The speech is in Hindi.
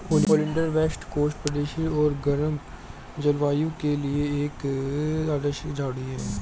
ओलियंडर वेस्ट कोस्ट परिदृश्य और गर्म जलवायु के लिए एक आदर्श झाड़ी है